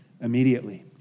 immediately